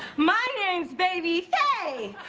my name's baby faye